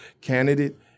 candidate